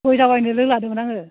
गय जावैनो लोगो लादोंमोन आङो